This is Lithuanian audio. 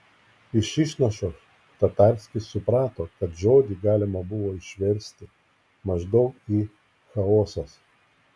iš išnašos tatarskis suprato kad žodį galima buvo išversti maždaug į chaosas